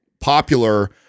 popular